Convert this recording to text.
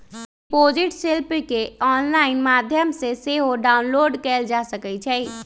deposit slip केंऑनलाइन माध्यम से सेहो डाउनलोड कएल जा सकइ छइ